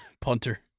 Punter